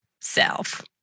self